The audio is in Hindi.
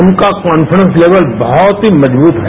उनका कॉन्फिडेंस लेवल बहुत ही मजबूत है